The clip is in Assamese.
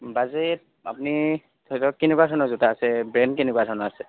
বাজেট আপুনি ধৰি লওক কেনেকুৱা ধৰণৰ জোতা আছে ব্ৰেণ্ড কেনেকুৱা ধৰণৰ আছে